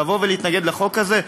להתנגד לחוק הזה?